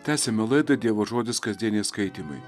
tęsiame laidą dievo žodis kasdieniai skaitymai